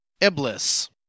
Iblis